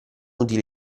utili